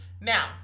Now